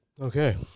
Okay